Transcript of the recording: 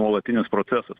nuolatinis procesas